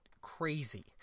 crazy